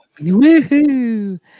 Woohoo